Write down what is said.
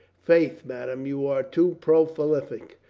faith, madame, you are too prolific.